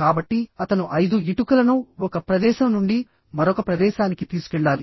కాబట్టి అతను 5 ఇటుకలను ఒక ప్రదేశం నుండి మరొక ప్రదేశానికి తీసుకెళ్లాలి